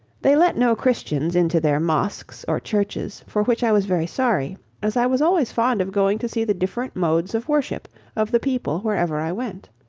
they let no christians into their mosques or churches, for which i was very sorry as i was always fond of going to see the different modes of worship of the people wherever i went.